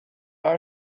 our